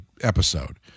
episode